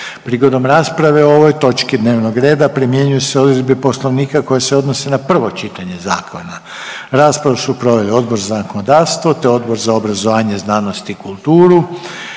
Prigodom rasprave o ovoj točki dnevnog reda primjenjuju se odredbe Poslovnika koje se odnose na prvo čitanje zakona. Raspravu su proveli Odbor za zakonodavstvo i Odbor za pravosuđe pa bih,